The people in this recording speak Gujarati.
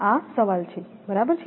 આ સવાલ છે બરાબર છે